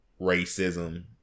racism